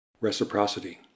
reciprocity